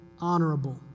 honorable